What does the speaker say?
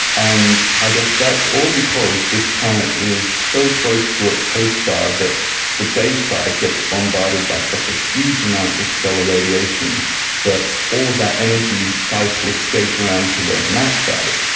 and i guess that's all because this planet is so close to its host star that the day side gets bombarded by such a huge amount of stellar radiation that all of that energy tries to escape around to the night side.